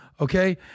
okay